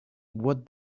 what